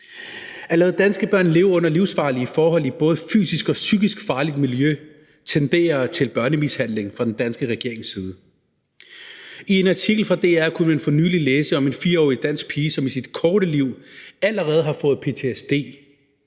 At lade danske børn leve under livsfarlige forhold i et både fysisk og psykisk farligt miljø tenderer børnemishandling fra den danske regerings side. I en artikel fra DR kunne man for nylig læse om en 4-årig dansk pige, som i sit korte liv allerede har fået ptsd